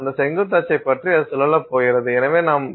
அந்த செங்குத்து அச்சை பற்றி அது சுழலப் போகிறது எனவே நாம் ஆர்